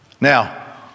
Now